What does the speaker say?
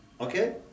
okay